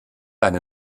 eine